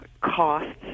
costs